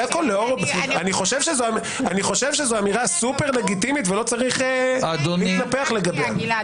אני חושב שזו אמירה סופר לגיטימית ולא צריך להתנפח לגביה.